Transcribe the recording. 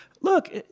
look